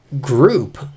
group